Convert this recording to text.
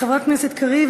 חברת הכנסת קריב,